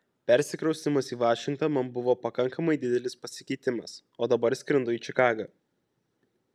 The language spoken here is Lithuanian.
persikraustymas į vašingtoną man buvo pakankamai didelis pasikeitimas o dabar skrendu į čikagą